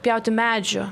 pjauti medžių